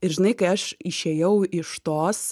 ir žinai kai aš išėjau iš tos